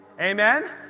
Amen